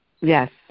Yes